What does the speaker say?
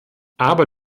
aber